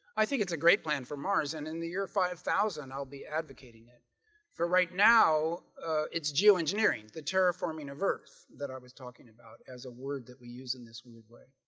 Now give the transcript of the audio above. i think it's a great plan for mars and in the year five thousand. i'll be advocating it for right now it's geoengineering the terraforming of earth that i was talking about as a word that we use in this weird way.